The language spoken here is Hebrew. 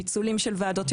פיצולים של ועדות,